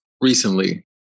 recently